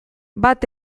bat